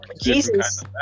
jesus